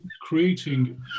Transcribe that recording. creating